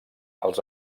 els